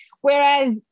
Whereas